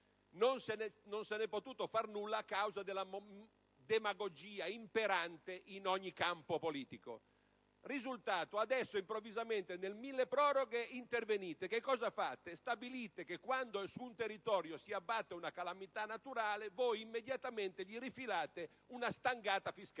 Non se ne è potuto far nulla a causa della demagogia imperante in ogni campo politico. Il risultato è che adesso, improvvisamente, nel decreto milleproroghe voi intervenite, e stabilite che, quando su un territorio si abbatte una calamità naturale, voi immediatamente gli rifilate una stangata fiscale.